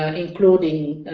ah and including